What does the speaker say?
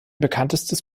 bekanntestes